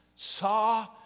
Saw